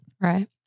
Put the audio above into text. Right